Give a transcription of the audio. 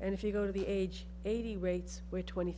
and if you go to the age eighty weights we're twenty